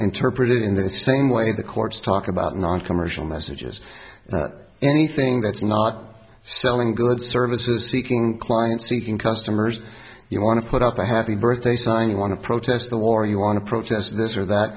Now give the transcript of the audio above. interpreted in the same way the courts talk about noncommercial messages anything that's not selling goods services seeking clients seeking customers you want to put up a happy birthday sign you want to protest the war you want to protest this or that